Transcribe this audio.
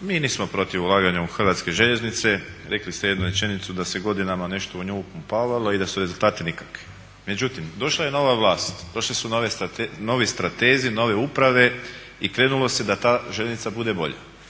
mi nismo protiv ulaganja u Hrvatske željeznice. Rekli ste jednu rečenicu da se godinama nešto u nju upumpavalo i da su rezultati nikakvi. Međutim, došla je nova vlast, došli su novi stratezi, nove uprave i krenulo se da ta željeznica bude bolja.